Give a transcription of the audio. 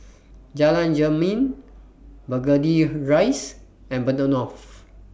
Jalan Jermin Burgundy Rise and Bedok North